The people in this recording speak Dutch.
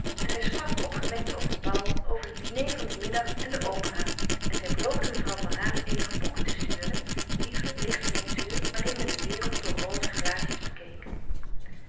en zij sprak opgewekt over paul over het diner van dien middag en de opera en zij beloofde mevrouw van raat eenige boeken te sturen lieve lichte lectuur waarin men de wereld door roze glaasjes bekeek